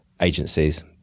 agencies